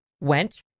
went